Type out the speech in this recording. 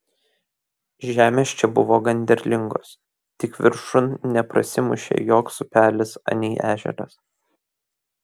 žemės čia buvo gan derlingos tik viršun neprasimušė joks upelis anei ežeras